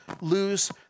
lose